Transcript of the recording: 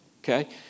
Okay